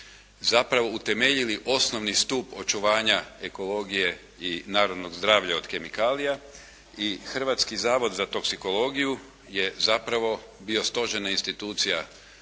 zapravo utemeljili osnovni stup očuvanja ekologije i narodnog zdravlja od kemikalija i Hrvatski zavod za toksikologiju je zapravo bio stožerna institucija